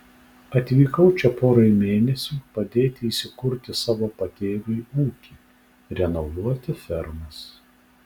atvykau čia porai mėnesių padėti įsikurti savo patėviui ūkį renovuoti fermas